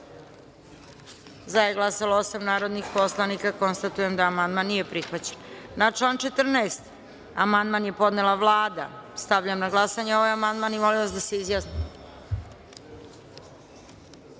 za je glasalo osam narodnih poslanika. Konstatujem da amandman nije prihvaćen. Na član 14. amandman je podnela Vlada. Stavljam na glasanje ovaj amandman. Molim vas da se